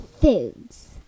foods